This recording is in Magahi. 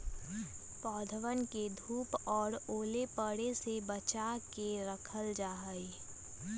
पौधवन के धूप और ओले पड़े से बचा के रखल जाहई